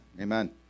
Amen